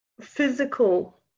physical